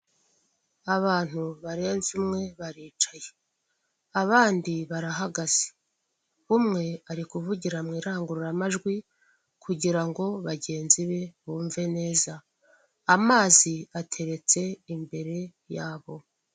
Abantu barenze umwe baricaye, abandi barahagaze. Umwe ari kuvugira mu irangururamajwi kugira ngo bagenzi be bumve neza. Amazi ateretse imbere yabo.